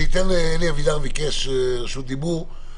אלי אבידר ביקש רשות דיבור,